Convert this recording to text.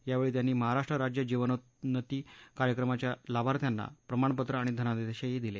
यावेळी त्यांनी महाराष्ट्र राज्य जीवनोन्नती कार्यक्रमाच्या लाभार्थ्यांना प्रमाणपत्र आणि धनादेशही दिले